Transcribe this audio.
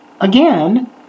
again